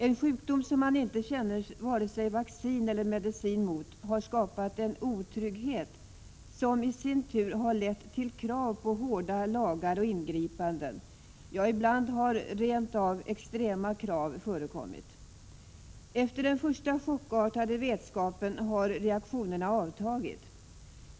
En sjukdom som man inte har vare sig vaccin eller medicin mot har skapat en otrygghet, som i sin tur lett till krav på hårda lagar och ingripanden. Ibland har rent extrema krav förekommit. Efter den första, chockartade vetskapen har reaktionerna avtagit.